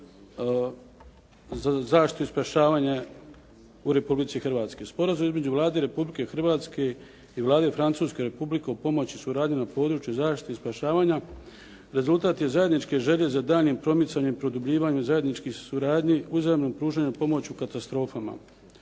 zaštitu i spašavanje u Republici Hrvatskoj. Sporazum između Vlade Republike Hrvatske i Vlade Francuske Republike na području zaštite i spašavanja rezultat je zajedničke želje za daljnjim promicanjem, produbljivanjem zajedničkih suradnji uzajamnim pružanjem pomoći u katastrofama.